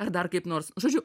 ar dar kaip nors žodžiu